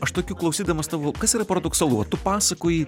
aš tokių klausydamas tavo kas yra paradoksalu va tu pasakoji